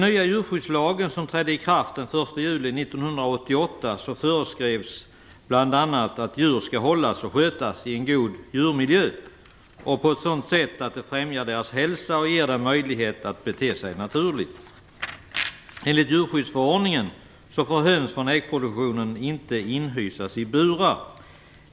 1 juli 1988, föreskrevs bl.a. att djur skall hållas och skötas i en god djurmiljö och på sådant sätt att det främjar deras hälsa och ger dem möjlighet att bete sig naturligt. Enligt djurskyddsförordningen får höns för äggproduktion inte inhysas i burar.